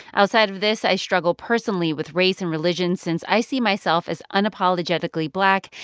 outside of this, i struggle personally with race and religion, since i see myself as unapologetically black.